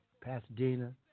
Pasadena